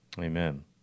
Amen